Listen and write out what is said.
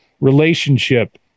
relationship